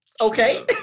okay